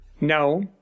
No